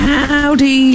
Howdy